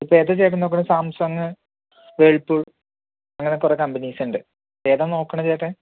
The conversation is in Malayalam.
ഇപ്പോൾ ഏതാ ചേട്ടൻ നോക്കുന്നത് സാംസങ്ങ് വേൾപൂള് അങ്ങനെ കുറെ കമ്പനീസ് ഉണ്ട് ഏതാ നോക്കുന്നത് ചേട്ടൻ